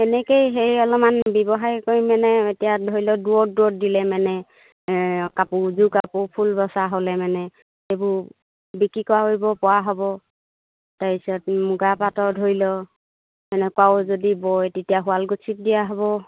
তেনেকেই সেই অলপমান ব্যৱসায় কৰি মানে এতিয়া ধৰি লওক দূৰত দূৰত দিলে মানে কাপোৰযোৰ কাপোৰ ফুল বচা হ'লে মানে সেইবোৰ বিক্ৰী কৰিব পৰা হ'ব তাৰপিছত মুগা পাটৰ ধৰি লওক এনেকুৱাও যদি বয় তেতিয়া শুৱালকুছিত দিয়া হ'ব